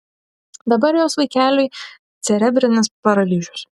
dabar jos vaikeliui cerebrinis paralyžius